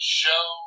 show